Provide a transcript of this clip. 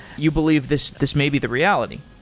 you believe this this may be the reality?